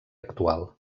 actual